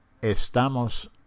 Estamos